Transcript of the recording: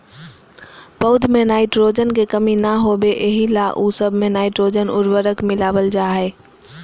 पौध में नाइट्रोजन के कमी न होबे एहि ला उ सब मे नाइट्रोजन उर्वरक मिलावल जा हइ